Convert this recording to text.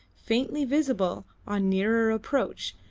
faintly visible on nearer approach,